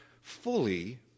fully